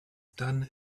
done